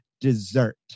dessert